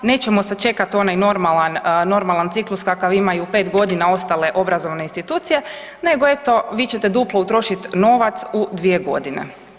Nećemo sačekati onaj normalan ciklus kakav imaju 5 godina ostale obrazovne institucije, nego eto vi ćete duplo utrošiti novac u dvije godine.